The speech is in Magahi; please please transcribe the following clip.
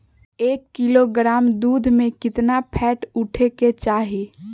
एक किलोग्राम दूध में केतना फैट उठे के चाही?